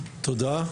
תודה.